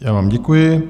Já vám děkuji.